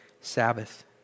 Sabbath